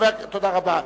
תודה רבה.